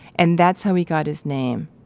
and that's how he got his name.